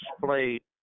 displayed